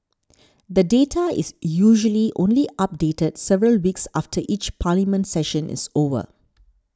the data is usually only updated several weeks after each Parliament session is over